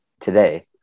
today